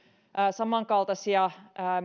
samankaltaisia